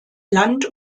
land